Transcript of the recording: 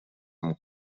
amb